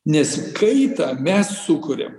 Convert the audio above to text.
nes kaitą mes sukuriam